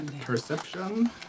perception